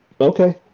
Okay